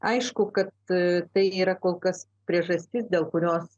aišku kad tai yra kol kas priežastis dėl kurios